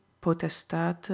Potestate